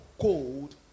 cold